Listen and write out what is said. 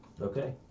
Okay